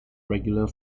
regular